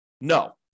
No